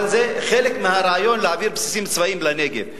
אבל זה חלק מהרעיון להעביר בסיסים צבאיים לנגב.